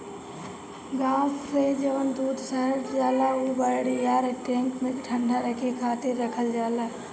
गाँव से जवन दूध शहर जाला उ बड़ियार टैंक में ठंडा रखे खातिर रखल जाला